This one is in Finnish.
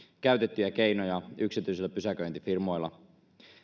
käytettyjä keinoja yksityisillä pysäköintifirmoilla